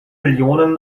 millionen